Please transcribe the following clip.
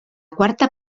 quarta